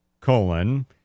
colon